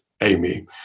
Amy